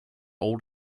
old